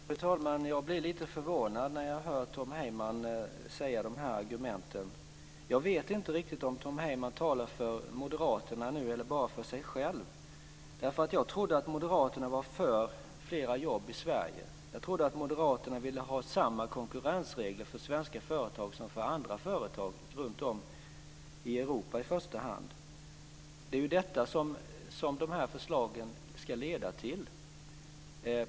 Fru talman! Jag blir lite förvånad när jag hör Tom Heyman framföra dessa argument. Jag vet inte riktigt om Tom Heyman talar för moderaterna eller bara för sig själv. Jag trodde att moderaterna var för flera jobb i Sverige. Jag trodde att moderaterna ville ha samma konkurrensregler för svenska företag som för andra företag i första hand runtom i Europa. Det är detta som förslagen ska leda till.